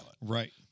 Right